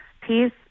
peace